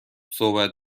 صحبت